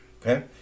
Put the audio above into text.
Okay